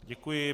Děkuji.